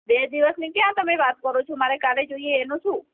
બે દિવસની ક્યાં તમે વાત કરો છો મારે કાલે જોઈએ એનું શું